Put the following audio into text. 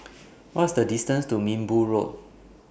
What IS The distance to Minbu Road